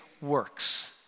works